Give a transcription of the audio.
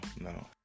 no